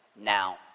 now